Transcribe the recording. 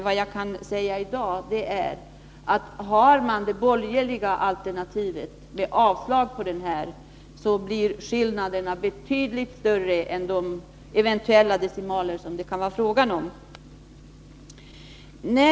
Vad jag däremot kan säga är att det borgerliga alternativet med avslag innebär skillnader som är betydligt större än de eventuella decimaler som det kan vara fråga om.